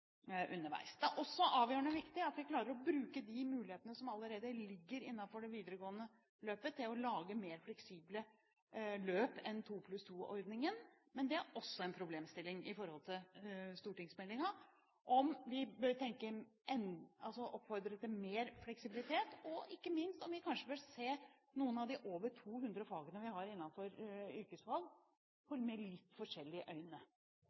Det er også avgjørende viktig at vi klarer å bruke de mulighetene som allerede ligger innenfor det videregående løpet, til å lage mer fleksible løp enn 2+2-ordningen. Men det er også en problemstilling når det gjelder stortingsmeldingen om vi bør oppfordre til mer fleksibilitet, og ikke minst om vi kanskje bør se på noen av de over 200 fagene vi har innenfor yrkesfag, med litt forskjellige øyne.